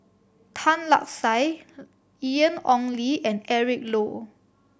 Tan Lark Sye Ian Ong Li and Eric Low